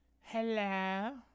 Hello